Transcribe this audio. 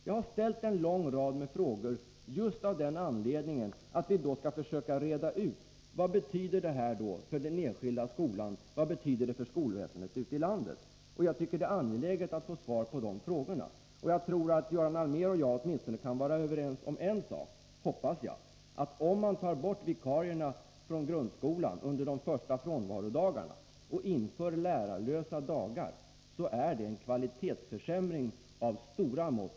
Jag har ställt en lång rad frågor just för att försöka reda ut vad förslaget kommer att innebära för den enskilda skolan och för skolväsendet som helhet. Jag tycker det är angeläget att få svar på dessa frågor. Jag hoppas att Göran Allmér och jag kan vara överens om åtminstone en sak: Om man tar bort vikarierna från grundskolan under de första frånvarodagarna och inför lärarlösa dagar, då blir det en kvalitetsförsämring av stora mått.